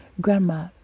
grandma